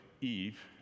Eve